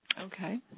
Okay